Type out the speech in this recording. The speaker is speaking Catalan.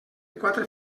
quatre